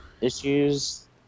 issues